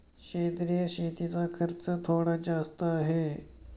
सेंद्रिय शेतीचा खर्च थोडा जास्त आहे